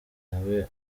nawe